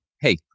hey